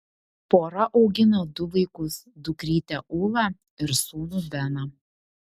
pora augina du vaikus dukrytę ulą ir sūnų beną